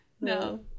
no